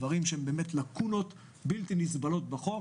דברים שהם לקונות בלתי נסבלות בחוק.